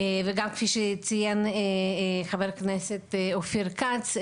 וגם כפי שציין חבר הכנסת אופיר כץ,